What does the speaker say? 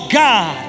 god